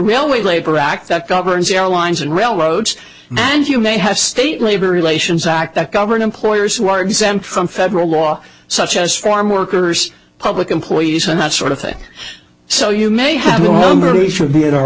railway labor act that governs airlines and railroads and you may have state labor relations act that govern employers who are exempt from federal law such as farm workers public employees and that sort of thing so you may have